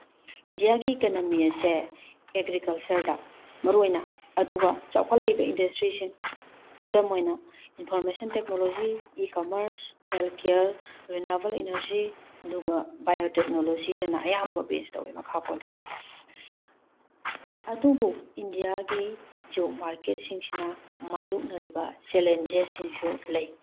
ꯏꯟꯗꯤꯌꯥꯒꯤ ꯏꯀꯅꯃꯤ ꯑꯁꯦ ꯑꯦꯒ꯭ꯔꯤꯀꯜꯆꯔꯗ ꯃꯔꯨꯑꯣꯏꯅ ꯑꯗꯨꯒ ꯆꯥꯎꯈꯠꯂꯛꯏꯕ ꯏꯟꯗꯁꯇ꯭ꯔꯤꯁꯤꯡ ꯈꯨꯗꯝ ꯑꯣꯏꯅ information technology e commerce health care renewable energy ꯑꯗꯨꯒ ꯕꯤꯑꯣꯇꯦꯛꯅꯣꯂꯣꯖꯤꯗꯅ ꯑꯌꯥꯝꯕ ꯕꯦꯁ ꯇꯧꯋꯦ ꯃꯈꯥ ꯄꯣꯜꯂꯦ ꯑꯗꯨꯕꯨ ꯏꯟꯗꯤꯌꯥꯒꯤ ꯖꯣꯕ ꯃꯥꯔꯀꯦꯠꯁꯤꯡꯁꯤꯅ ꯃꯥꯌꯣꯛꯅꯔꯤꯕ ꯆꯦꯂꯦꯟꯖꯦꯁꯁꯤꯁꯨ ꯂꯩ